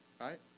right